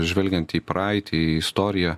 žvelgiant į praeitį istoriją